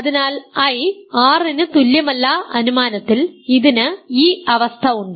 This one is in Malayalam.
അതിനാൽ I R ന് തുല്യമല്ല അനുമാനത്തിൽ ഇതിന് ഈ അവസ്ഥ ഉണ്ട്